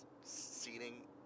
seating